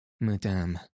Madame